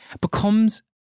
becomes